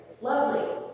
Lovely